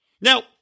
Now